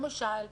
למשל,